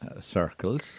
circles